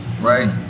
right